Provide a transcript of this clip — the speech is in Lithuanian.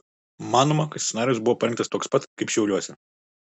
manoma kad scenarijus buvo parengtas toks pat kaip šiauliuose